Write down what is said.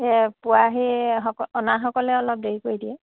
এই পোৱাহি স অনাসকলে অলপ দেৰি কৰি দিয়ে